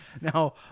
Now